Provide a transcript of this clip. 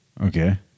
Okay